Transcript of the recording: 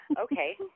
okay